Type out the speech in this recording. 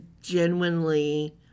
genuinely